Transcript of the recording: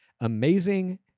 amazing